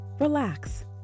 relax